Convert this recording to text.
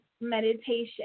meditation